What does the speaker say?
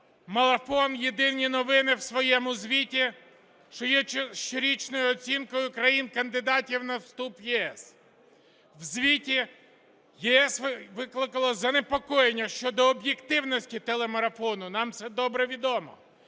марафон "Єдині новини" в своєму звіті щорічною оцінкою країн-кандидатів на вступ в ЄС. В звіті ЄС викликало занепокоєння щодо об'єктивності телемарафону, нам це добре відомо,